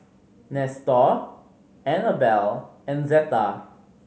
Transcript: Nestor Anabel and Zetta